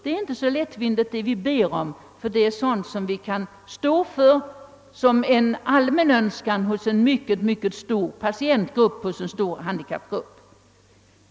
Det vi ber om är alltid uttryck för en allmän önskan hos en mycket stor patientgrupp bland de handikappade.